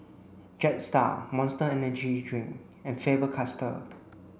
Jetstar Monster Energy Drink and Faber Castell